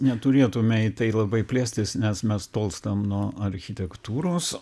neturėtume į tai labai plėstis nes mes tolstam nuo architektūros